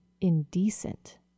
indecent